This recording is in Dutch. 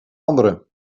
anderen